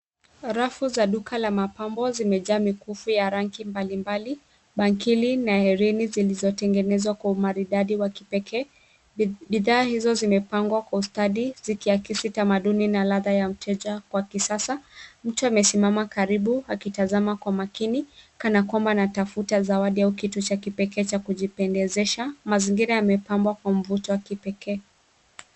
Rafu za duka ya mapambo zimejaa mikufu ya rangi mbalimbali, bangili na herini zilizotengenezwa kwa umaridadi wa kipekee. Bidhaa hizo zimepangwa kwa ustadi zikiakisi tamaduni na ladha ya mteja kwa kisasa. Mtu amesimama karibu akitazama kwa makini kana kwamba anatafuta zawadi au kitu cha kipekee cha kujipendezesha. Mazingira yamepambwa kwa mvuto wa kipekee.